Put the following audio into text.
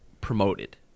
promoted